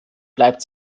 bleibt